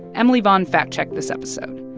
emily vaughn fact-checked this episode.